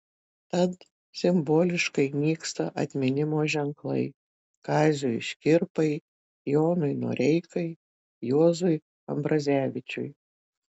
tad simboliškai nyksta atminimo ženklai kaziui škirpai jonui noreikai juozui ambrazevičiui